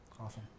Awesome